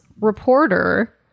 reporter